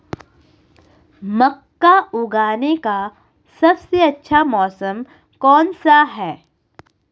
मक्का उगाने का सबसे अच्छा मौसम कौनसा है?